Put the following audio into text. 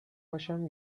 باشم